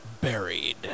buried